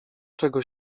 czego